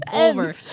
over